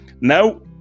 Now